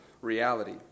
reality